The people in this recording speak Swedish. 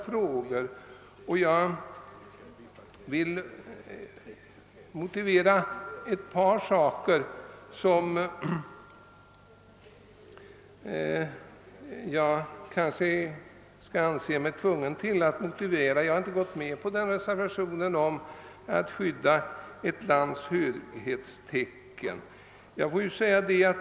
Jag anser mig först böra anföra motiven för att jag inte kunnat ansluta mig till reservationen angående skydd för ett lands höghetstecken.